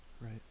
Right